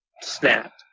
Snap